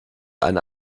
ein